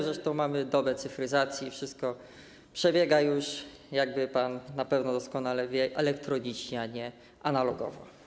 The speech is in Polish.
Zresztą mamy dobę cyfryzacji i wszystko przebiega już, jak pan na pewno doskonale wie, elektronicznie, a nie analogowo.